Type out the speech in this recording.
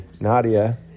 Nadia